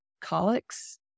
colics